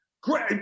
great